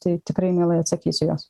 tai tikrai mielai atsakysiu į jos